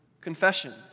confession